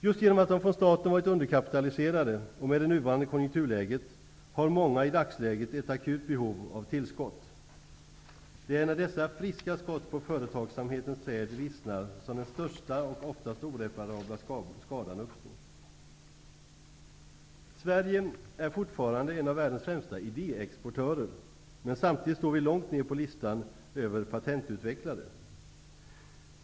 Just genom att företagen från starten har varit underkapitaliserade -- och med nuvarande konjunkturläge -- har många i dagsläget ett akut behov av tillskott. Det är när dessa friska skott på företagsamhetens träd vissnar som den största och oftast oreparabla skadan uppstår. Sverige är fortfarande en av världens främsta idéexportörer, men samtidigt står vi långt ner på listan över patentutvecklare.